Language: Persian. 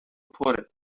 پره